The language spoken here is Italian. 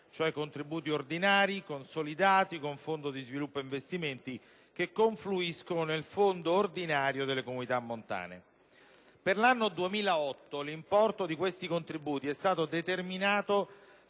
di contributi ordinari, contributi consolidati e fondo sviluppo investimenti, che confluiscono nel fondo ordinario delle comunità montane. Per l'anno 2008 l'importo di questi contributi è stato determinato